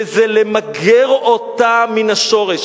וזה למגר אותו מהשורש,